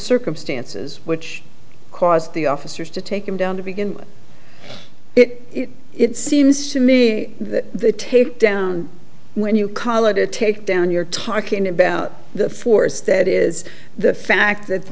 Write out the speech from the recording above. circumstances which caused the officers to take him down to begin it seems to me that the take down when you call it a takedown you're talking about the force that is the fact that